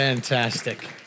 Fantastic